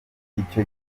icyo